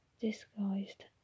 disguised